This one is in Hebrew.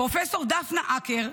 פרופ' דפנה הקר,